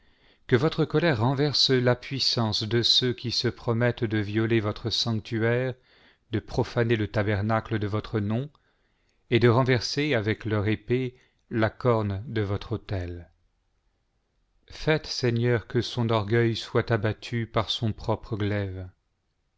que voire colère renverse la puissance de ceux qui se promettent de violer votre sanctuaire de profaner le tabernacle de votre nom et de renverser avec leur épéo la corne de votre autel faites seigneur que son orgueil soit abattu par son propre glaive